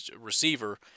receiver